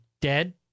dead